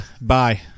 Bye